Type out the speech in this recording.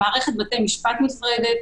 במערכת בתי משפט נפרדת.